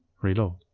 reload.